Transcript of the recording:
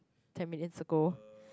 ten minutes ago